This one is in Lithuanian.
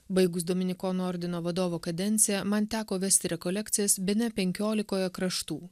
baigus dominikonų ordino vadovo kadenciją man teko vesti rekolekcijas bene penkiolikoje kraštų